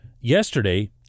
yesterday